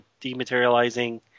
dematerializing